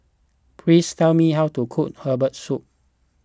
please tell me how to cook Herbal Soup